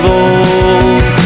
old